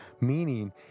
meaning